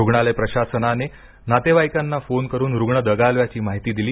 रुग्णालय प्रशासनाने नातेवाईकांना फोन करून रुग्ण दगावल्याची माहिती दिली